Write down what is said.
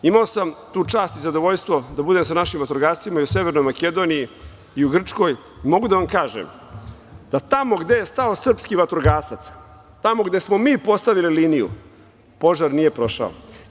Imao sam tu čast i zadovoljstvo da budem sa našim vatrogascima i u Severnoj Makedoniji i u Grčkoj i mogu da vam kažem da tamo gde je stao srpski vatrogasac, tamo gde smo mi postavili liniju, požar nije prošao.